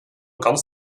ganz